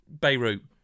beirut